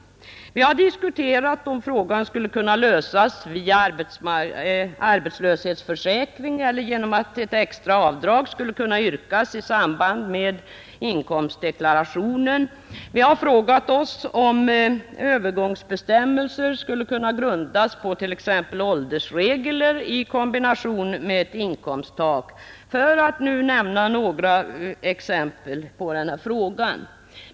Vi har diskuterat om frågan skulle kunna lösas via arbetslöshetsförsäkringen eller genom att ett extra avdrag skulle kunna yrkas i samband med inkomstdeklarationen, Vi har frågat oss om övergångsbestämmelser skulle kunna grundas på t.ex. åldersregler i kombination med ett inkomsttak, för att nu nämna några exempel.